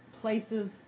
places